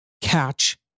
catch